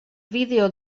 vídeo